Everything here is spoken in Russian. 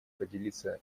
поделиться